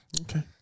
Okay